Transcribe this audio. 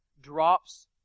drops